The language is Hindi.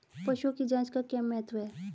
पशुओं की जांच का क्या महत्व है?